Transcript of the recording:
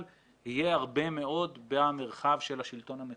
יהיה הרבה מאוד במרחב של השלטון המקומי,